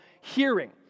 hearing